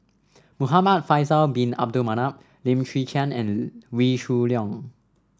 Muhamad Faisal Bin Abdul Manap Lim Chwee Chian and Wee Shoo Leong